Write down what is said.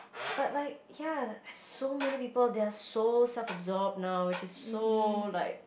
but like ya so many people they are so self absorbed now which is so like